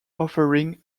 offering